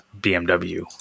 BMW